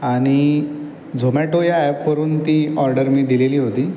आणि झोमॅटो या ॲपवरून ती ऑर्डर मी दिलेली होती